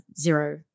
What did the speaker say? zero